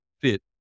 fit